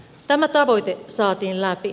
tämä tavoite saatiin läpi